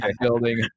building